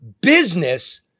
business